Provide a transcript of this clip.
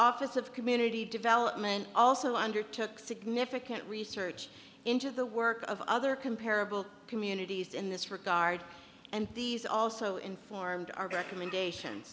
office of community development also undertook significant research into the work of other comparable communities in this regard and these also informed our recommendation